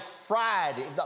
Friday